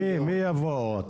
מי יבואו?